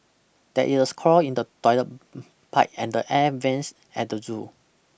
there is a clog in the toilet pipe and air vents at the zoo